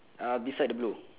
ah beside the blue